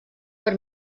per